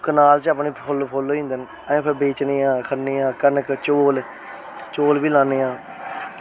कनाल च अपने फुल्ल फुल्ल होई जंदे न अस बेचने आं खन्ने आं कनक चौल चौल बी लानै आं